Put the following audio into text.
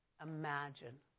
Imagine